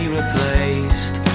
replaced